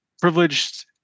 privileged